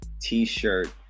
T-shirt